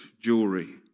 jewelry